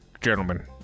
gentlemen